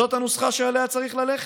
זאת הנוסחה שעליה צריך ללכת.